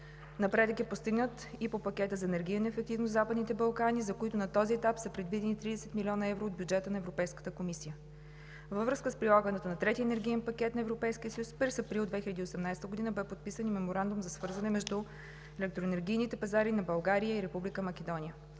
напредък и по Пакета за енергийна ефективност в Западните Балкани, за който на този етап са предвидени 30 млн. евро от бюджета на Европейската комисия. Във връзка с прилагането на Третия енергиен пакет на Европейския съюз през април 2018 г. бе подписан Меморандум за свързване между електроенергийните пазари на България и Република Македония.